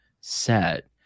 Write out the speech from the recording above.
set